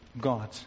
God